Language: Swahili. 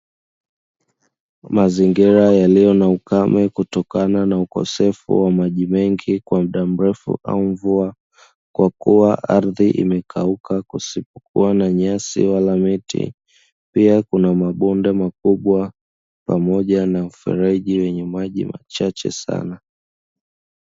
Mazingira yaliyo na ukame kutokana na ukosefu wa maji mengi kwa mda mrefu au mvua kwa kuwa ardhi imekauka kwa pasipokuwa na nyasi wala miti, pia kuna mabomba makubwa pamoja na mfereji wenye maji machache sana.